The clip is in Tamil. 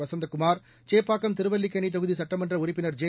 வசந்தகுமார் சேப்பாக்கம் திருவல்லிக்கேணி தொகுதி சட்டமன்ற உறுப்பினர் ஜெ